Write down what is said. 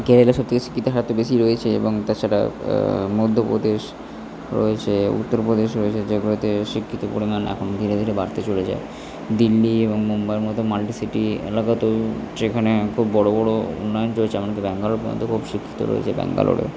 কেরালা সবথেকে শিক্ষিতের হার তো বেশি রয়েছেই এবং তাছাড়া মধ্যপ্রদেশ রয়েছে উত্তরপ্রদেশ রয়েছে যেগুলোতে শিক্ষিত পরিমাণ এখন দিনে দিনে বাড়তে চলে যায় দিল্লি এবং মুম্বাইয়ের মতো মাল্টি সিটি এলাকা তো যেখানে খুব বড়ো বড়ো উন্নয়ন চলছে আমাদের ব্যাঙ্গালোর পর্যন্ত খুব শিক্ষিত রয়েছে ব্যাঙ্গালোরে